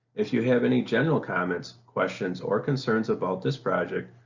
if you have any general comments, questions or concerns about this project,